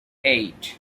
eight